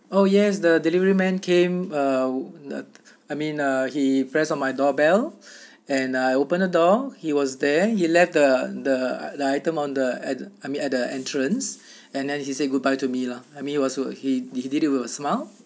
oh yes the delivery man came uh I mean uh he pressed on my doorbell and I opened the door he was there he left the the the item on the at I mean at the entrance and then he said goodbye to me lah I mean was what he did he did it with a smile